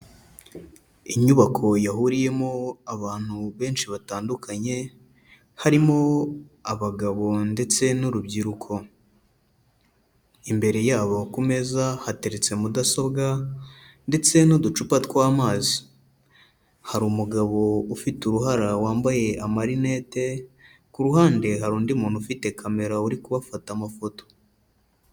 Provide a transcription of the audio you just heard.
Inyubako yahuriyemo abantu benshi batandukanye, harimo abagabo ndetse n'urubyiruko, imbere yabo ku meza hateretse mudasobwa ndetse n'uducupa tw'amazi, hari umugabo ufite uruhara wambaye amarinete, ku ruhande hari undi muntu ufite kamera uri kubafata amafoto.